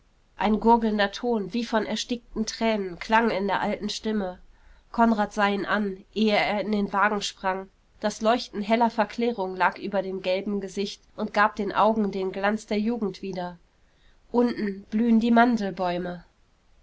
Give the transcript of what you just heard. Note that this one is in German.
ein gurgelnder ton wie von erstickten tränen klang in der alten stimme konrad sah ihn an ehe er in den wagen sprang das leuchten heller verklärung lag über dem gelben gesicht und gab den augen den glanz der jugend wieder unten blühen die mandelbäume